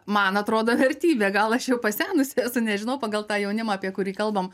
man atrodo vertybė gal aš jau pasenusi esu nežinau pagal tą jaunimą apie kurį kalbam